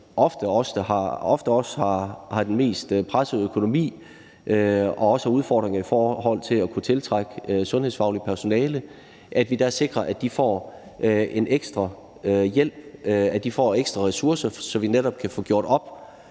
ofte også har den mest pressede økonomi og også har udfordringer i forhold til kunne tiltrække sundhedsfagligt personale, får en ekstra hjælp, at de får ekstra ressourcer, så vi netop kan få gjort op